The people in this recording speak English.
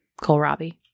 Kohlrabi